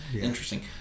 Interesting